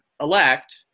elect